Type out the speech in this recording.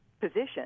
position